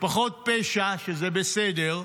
משפחות פשע, שזה בסדר,